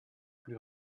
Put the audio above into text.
plus